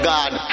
God